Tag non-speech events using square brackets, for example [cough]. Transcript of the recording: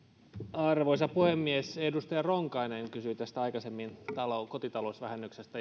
arvoisa puhemies edustaja ronkainen kysyi aikaisemmin kotitalousvähennyksestä [unintelligible]